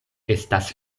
estas